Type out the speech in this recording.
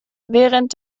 während